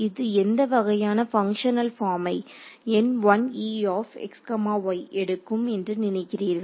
இது எந்த வகையான பங்க்ஷனல் பார்மை எடுக்கும் என்று நினைக்கிறீர்கள்